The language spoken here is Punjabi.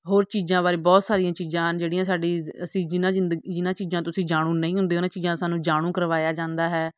ਹੋਰ ਚੀਜ਼ਾਂ ਬਾਰੇ ਬਹੁਤ ਸਾਰੀਆਂ ਚੀਜ਼ਾਂ ਹਨ ਜਿਹੜੀਆਂ ਸਾਡੀ ਅਸੀਂ ਜਿਨ੍ਹਾਂ ਜਿੰਦ ਜਿਨ੍ਹਾਂ ਚੀਜ਼ਾਂ ਤੁਸੀਂ ਜਾਣੂ ਨਹੀਂ ਹੁੰਦੇ ਉਹਨਾਂ ਚੀਜ਼ਾਂ ਤੋਂ ਸਾਨੂੰ ਜਾਣੂ ਕਰਵਾਇਆ ਜਾਂਦਾ ਹੈ